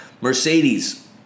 mercedes